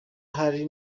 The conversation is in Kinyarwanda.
hari